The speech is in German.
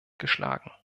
geschlagen